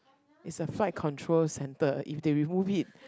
it's a flight control center if they remove it